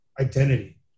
identity